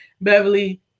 Beverly